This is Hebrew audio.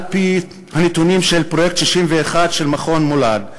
על-פי הנתונים של פרויקט 61 של מכון "מולד",